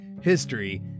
history